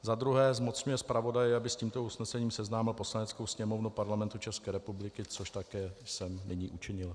Za druhé, zmocnil zpravodaje, aby s tímto usnesením seznámil Poslaneckou sněmovnu Parlamentu České republiky, což také samozřejmě učinil.